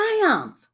triumph